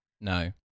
no